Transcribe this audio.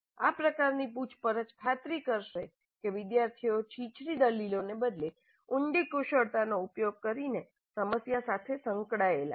આ પ્રકારની પૂછપરછ ખાતરી કરશે કે વિદ્યાર્થીઓ છીછરા દલીલોને બદલે ઉંડી કુશળતાનો ઉપયોગ કરીને સમસ્યા સાથે સંકળાયેલા છે